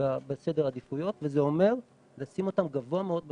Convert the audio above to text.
בסדר העדיפויות וזה אומר לשים אותם גבוה מאוד בתקצוב.